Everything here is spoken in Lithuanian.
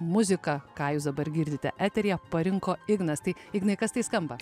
muzika ką jūs dabar girdite eteryje parinko ignas tai ignai kas tai skamba